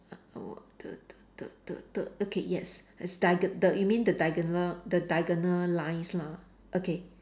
the the the the the okay yes it's diago~ the you mean the diagonal the diagonal lines lah okay